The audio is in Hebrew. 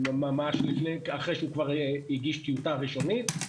ממש אחרי שהוא כבר הגיש טיוטה ראשונית.